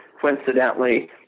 coincidentally